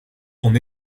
son